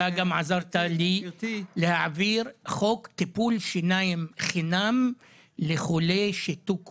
אתה גם עזרת לי להעביר חוק טיפול שיניים חינם לחולי שיתוק מוחין,